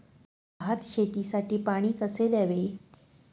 भात शेतीसाठी पाणी कसे द्यावे?